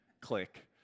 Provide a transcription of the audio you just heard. click